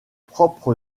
propre